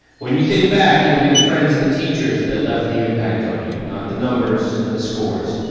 when you think back, it'll be the friends and the teachers that left the impact on you not the numbers and the scores.